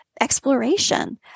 exploration